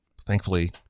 thankfully